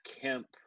Kemp